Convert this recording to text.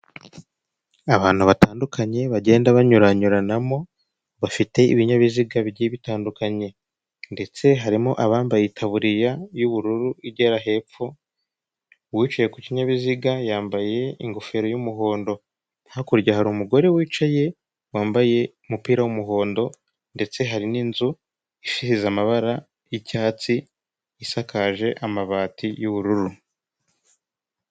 Abantu batandukanye bagenda banyuranyuranamo bafite ibinyabiziga bigiye bitandukanye ndetse harimo abambaye itaburiya y'ubururu igera hepfo uwicaye ku kinyabiziga yambaye ingofero y'umuhondo hakurya hari umugore wicaye wambaye umupira w'umuhondo ndetse hari n'inzu isize amabara y'icyatsi isakaje amabati y'ubururu.